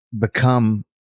become